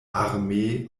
armee